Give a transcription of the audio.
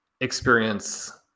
experience